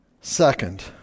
Second